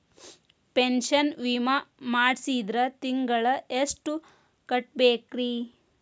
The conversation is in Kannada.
ಪೆನ್ಶನ್ ವಿಮಾ ಮಾಡ್ಸಿದ್ರ ತಿಂಗಳ ಎಷ್ಟು ಕಟ್ಬೇಕ್ರಿ?